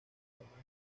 llamadas